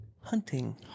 Hunting